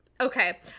Okay